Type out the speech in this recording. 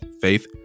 faith